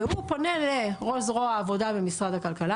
והוא פונה לראש זרוע עבודה במשרד הכלכלה